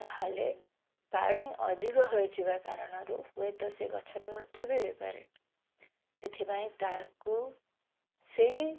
ତାହେଲେ ପାଣି ଅଧିକ ହୋଇଯିବା କାରଣରୁ ହୁଏ ତ ସେ ଗଛର ମୃତ୍ୟୁ ବି ହୋଇପାରେ ସେଥିପାଇଁ ତାକୁ ସେହି